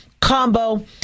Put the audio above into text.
combo